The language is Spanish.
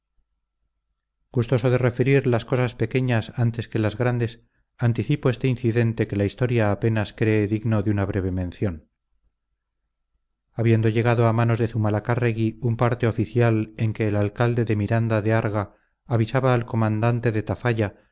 gustoso de referir las cosas pequeñas antes que las grandes anticipo este incidente que la historia apenas cree digno de una breve mención habiendo llegado a manos de zumalacárregui un parte oficial en que el alcalde de miranda de arga avisaba al comandante de